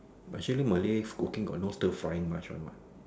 but usually Malay cooking got no stirring fired much one what